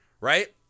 right